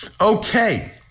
Okay